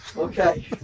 Okay